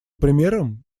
примером